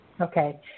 okay